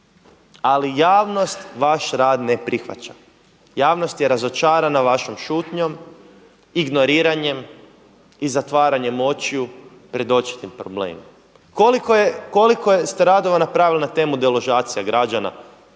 Ali javnost vaš rad ne prihvaća. Javnost je razočarana vašom šutnjom, ignoriranjem i zatvaranjem očiju pred očitim problemima. Koliko ste redova napravili na temu deložacija građana